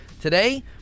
Today